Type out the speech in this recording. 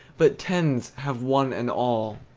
but tens have won an all.